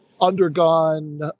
undergone